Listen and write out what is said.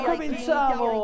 cominciamo